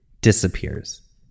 disappears